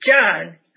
john